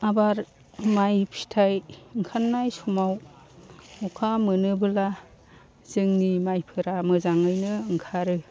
आबाद माइ फिथाइ ओंखारनाय समाव अखा मोनोब्ला जोंनि माइफोरा मोजाङैनो ओंखारो